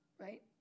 right